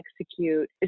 execute